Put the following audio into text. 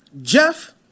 Jeff